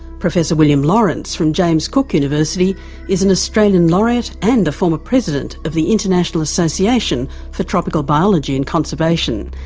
professor william laurance from james cook university is an australian laureate and a former president of the international association for tropical biology and conservation.